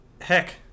heck